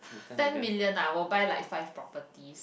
ten million I will buy like five properties